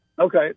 Okay